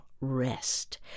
rest